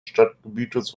stadtgebietes